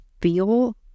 feel